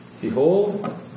Behold